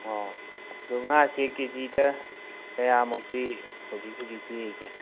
ꯑꯣ ꯑꯗꯨ ꯉꯥꯁꯦ ꯀꯦꯖꯤꯗ ꯀꯌꯥꯃꯨꯛꯇꯤ ꯍꯧꯖꯤꯛ ꯍꯧꯖꯤꯛ ꯄꯤꯔꯤꯒꯦ